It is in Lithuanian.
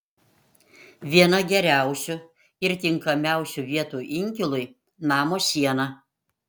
viena geriausių ir tinkamiausių vietų inkilui namo siena